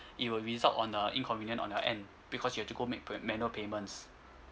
it will result on a inconvenient on your end because you have to go make pay manual payments